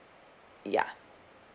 ya